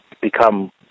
become